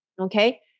Okay